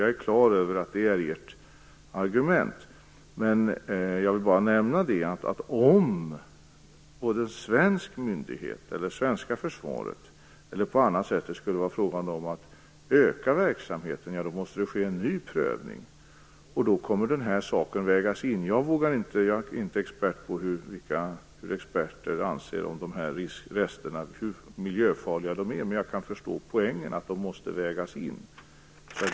Jag är klar över att det är ert argument. Jag vill bara nämna, att om en svensk myndighet eller det svenska försvaret vill utöka verksamhet på något sätt måste det ske en ny prövning. Då kommer den här saken att vägas in. Jag känner inte till vad experter anser om de här resterna eller hur miljöfarliga de är, men jag kan förstå poängen att de måste vägas in.